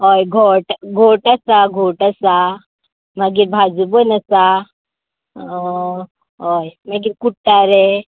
हय गोट आसा गोट आसा मागीर बाजूबंद आसा हय मागीर कुट्टारे